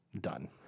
Done